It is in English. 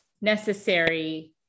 necessary